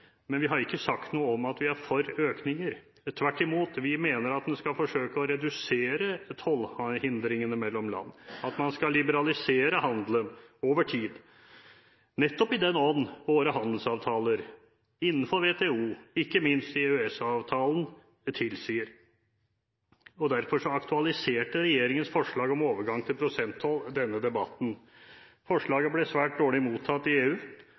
men vi har ikke sagt noe om at vi er for økninger – tvert imot, vi mener at man skal forsøke å redusere tollhindringene mellom land, at man skal liberalisere handelen over tid nettopp i den ånd som våre handelsavtaler, innenfor WTO, ikke minst EØS-avtalen, tilsier. Derfor aktualiserte regjeringens forslag om overgang til prosenttoll denne debatten. Forslaget ble svært dårlig mottatt i EU.